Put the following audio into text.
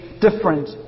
different